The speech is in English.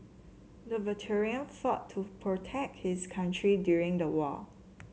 the veteran fought to protect his country during the war